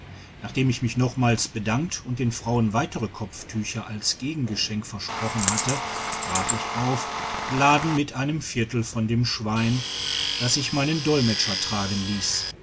nachdem ich mich nochmals bedankt und den frauen weitere kopftücher als gegengeschenk versprochen hatte brach ich auf beladen mit einem viertel von dem schwein das ich meinen dolmetscher tragen liess